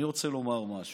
אני רוצה לומר משהו: